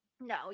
No